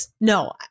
No